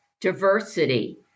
diversity